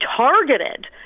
targeted